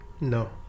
No